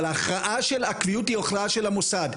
אבל ההכרעה של הקביעות היא הכרעה של המוסד.